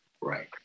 Right